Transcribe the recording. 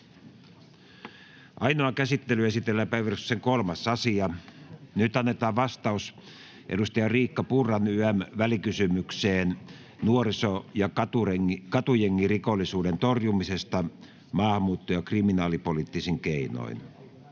Ainoaan käsittelyyn esitellään päiväjärjestyksen 3. asia. Nyt annetaan vastaus edustaja Riikka Purran ym. välikysymykseen VK 6/2022 vp nuoriso- ja katujengirikollisuuden torjumisesta maahanmuutto- ja kriminaalipoliittisin keinoin.